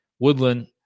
Woodland